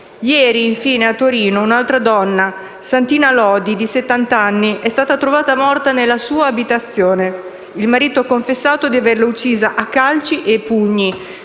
Ieri, infine, a Torino un'altra donna, Santina Lodi di settant'anni, è stata trovata morta nella sua abitazione: il marito ha confessato di averla uccisa a calci e pugni